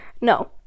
no